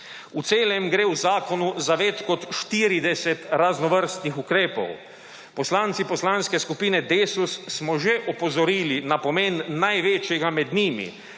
V celem gre v zakonu za več kot 40 raznovrstnih ukrepov. Poslanci Poslanske skupine Desus smo že opozorili na pomen največjega med njimi,